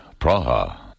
Praha